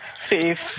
safe